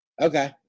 Okay